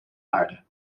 aarde